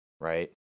right